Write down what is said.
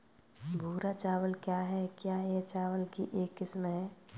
भूरा चावल क्या है? क्या यह चावल की एक किस्म है?